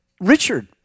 Richard